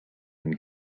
and